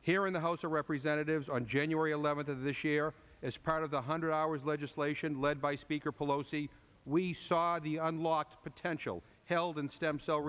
here in the house of representatives on january eleventh of this year as part of the hundred hours legislation led by speaker pelosi we saw the unlock potential held in stem cell